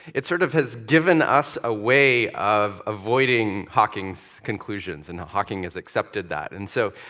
it sort of has given us a way of avoiding hawking's conclusions, and hawking has accepted that. and so,